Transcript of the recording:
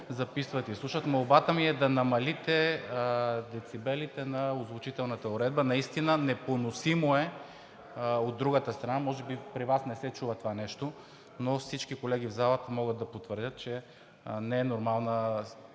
записват и слушат. Молбата ми е да намалите децибелите на озвучителната уредба. Наистина е непоносимо от другата страна. Може би при Вас не се чува това нещо, но всички колеги в залата могат да потвърдят, че обстановката